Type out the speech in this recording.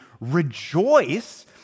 rejoice